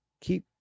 Keep